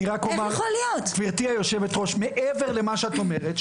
אני רק אומר גבירתי היושבת-ראש מעבר למה שאת אומרת,